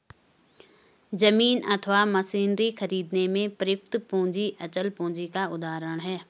जमीन अथवा मशीनरी खरीदने में प्रयुक्त पूंजी अचल पूंजी का उदाहरण है